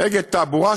אגד תעבורה,